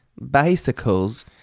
bicycles